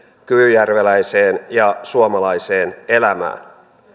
kyyjärveläiseen ja suomalaiseen elämään